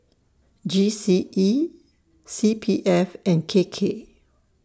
G C E C P F and K K